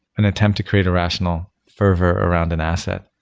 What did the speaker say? and attempt to create a rational fervor around an asset?